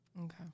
Okay